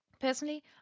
Personally